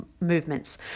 movements